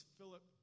Philip